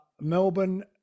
Melbourne